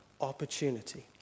opportunity